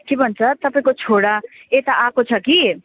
के भन्छ तपाईँको छोरा यता आएको छ कि